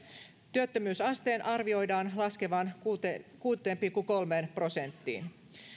työttömyysasteen arvioidaan laskevan kuuteen pilkku kolmeen prosenttiin